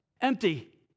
Empty